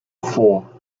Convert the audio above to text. four